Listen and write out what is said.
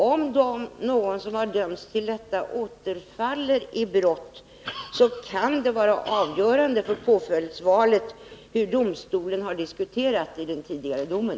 Om någon som dömts till detta återfaller i brott kan det vara avgörande för påföljdsvalet hur domstolen har diskuterat vid den tidigare domen.